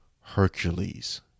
Hercules